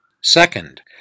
Second